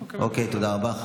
אוקיי, תודה רבה.